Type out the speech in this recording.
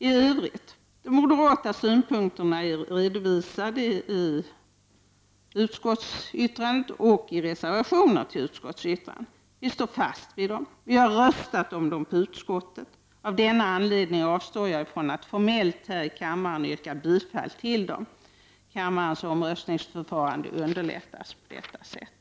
I övrigt: De moderata synpunkterna är redovisade i utskottsyttrandet och i reservationer. Vi står fast vid dem. Vi har röstat om dem i utskottet. Av denna anledning avstår jag från att formellt här i kammaren yrka bifall till dem. Kammarens omröstningsförfarande underlättas på detta sätt.